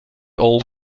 all